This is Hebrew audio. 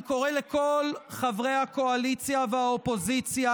אני קורא לכל חברי הקואליציה והאופוזיציה